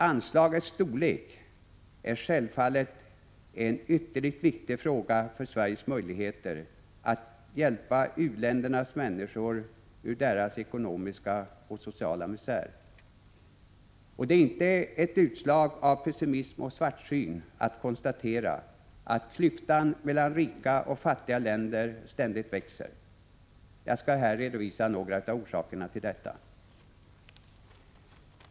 Anslagets storlek är självfallet en ytterligt viktig fråga för Sveriges möjligheter att hjälpa u-ländernas människor ur deras ekonomiska och sociala misär. Det är inte ett utslag av pessimism och svartsyn att konstatera att klyftan mellan rika och fattiga länder ständigt växer. Jag skall här redovisa några av orsakerna till detta.